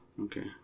Okay